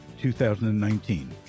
2019